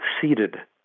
seated